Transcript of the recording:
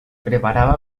preparava